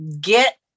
Get